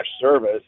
service